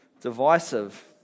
divisive